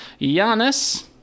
Giannis